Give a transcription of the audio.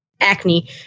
acne